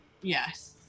Yes